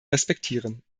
respektieren